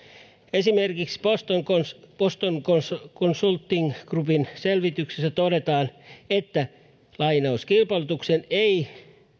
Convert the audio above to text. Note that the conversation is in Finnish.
esimerkiksi boston consulting groupin selvityksessä todetaan että kilpailutuksen ei